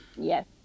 Yes